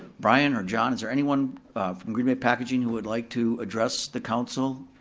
brian or john, is there anyone from green bay packaging who would like to address the council?